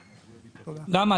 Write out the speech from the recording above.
למה?